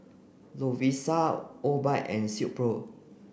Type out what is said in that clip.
Lovisa Obike and Silkpro